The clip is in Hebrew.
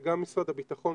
זה גם משרד הביטחון,